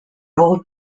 old